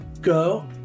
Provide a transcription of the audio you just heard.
Go